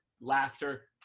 Laughter